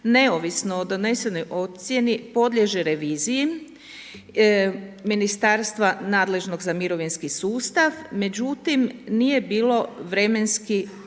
neovisno o donesenoj ocjeni podliježi reviziji ministarstva nadležnog za mirovinski sustav, međutim, nije bilo vremenskog